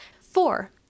Four